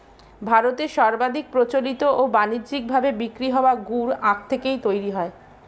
ভারতে সর্বাধিক প্রচলিত ও বানিজ্যিক ভাবে বিক্রি হওয়া গুড় আখ থেকেই তৈরি হয়